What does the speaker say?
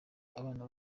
abana